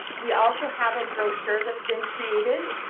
we also have a brochure that's been created,